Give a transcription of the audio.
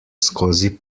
skozi